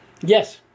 Yes